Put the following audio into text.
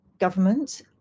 government